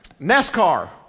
NASCAR